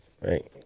Right